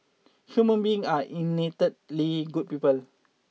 human beings are innately good people